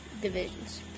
divisions